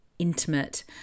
intimate